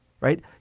right